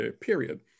period